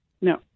no